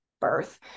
birth